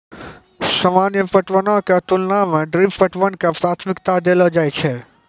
सामान्य पटवनो के तुलना मे ड्रिप पटवन के प्राथमिकता देलो जाय छै